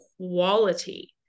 quality